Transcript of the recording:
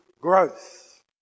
growth